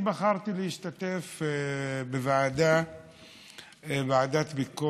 אני בחרתי להשתתף בוועדת ביקורת